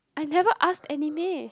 I never ask anime